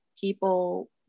people